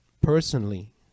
personally